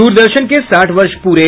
दूरदर्शन के साठ वर्ष पूरे